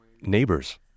neighbors